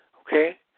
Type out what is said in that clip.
okay